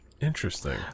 Interesting